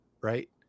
right